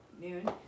Noon